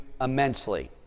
immensely